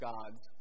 God's